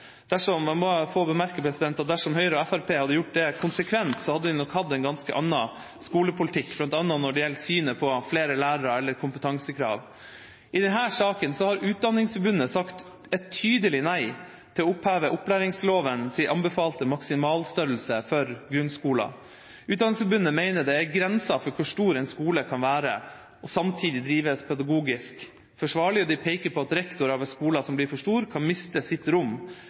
dersom Høyre og Fremskrittspartiet hadde gjort det konsekvent, hadde vi nok hatt en ganske annen skolepolitikk, bl.a. når det gjelder synet på flere lærere eller kompetansekrav. I denne saken har Utdanningsforbundet sagt et tydelig nei til å oppheve opplæringslovens anbefalte maksimalstørrelse for grunnskoler. Utdanningsforbundet mener det er grenser for hvor stor en skole kan være og samtidig drives pedagogisk forsvarlig, og de peker på at rektorer ved skoler som blir for store, kan miste sitt rom